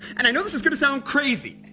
and i know this is gonna sound crazy,